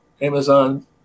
Amazon